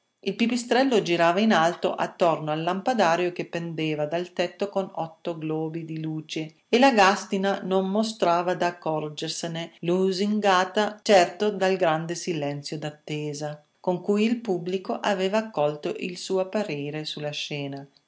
il pipistrello girava in alto attorno al lampadario che pendeva dal tetto con otto globi di luce e la gàstina non mostrava d'accorgersene lusingata certo dal gran silenzio d'attesa con cui il pubblico aveva accolto il suo apparire sulla scena e la scena